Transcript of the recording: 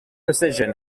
precision